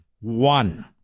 one